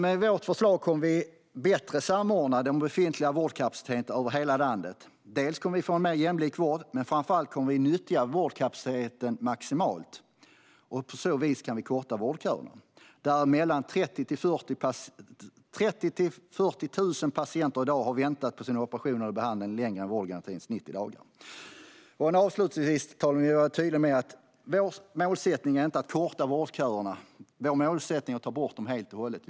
Med vårt förslag kommer vi att samordna den befintliga vårdkapaciteten bättre över hela landet. Vi kommer då att få en mer jämlik vård, men framför allt kommer vi att nyttja vårdkapaciteten maximalt. På så vis kan vi korta vårdköerna, där det i dag finns 30 000-40 000 patienter som har väntat på sin operation eller behandling längre än vårdgarantins 90 dagar. Herr talman! Avslutningsvis vill jag vara tydlig med att vår målsättning inte är att korta vårdköerna. Vår målsättning är att ta bort dem helt och hållet.